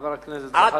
חבר הכנסת זחאלקה,